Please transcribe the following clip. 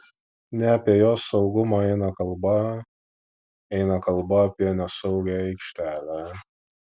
ne apie jos saugumą eina kalba eina kalba apie nesaugią aikštelę